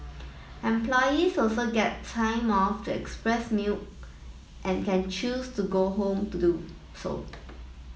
employees also get time off to express milk and can choose to go home to do so